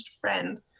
friend